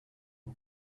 een